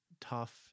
tough